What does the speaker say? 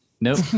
Nope